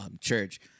church